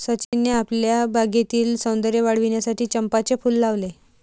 सचिनने आपल्या बागेतील सौंदर्य वाढविण्यासाठी चंपाचे फूल लावले